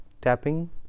tapping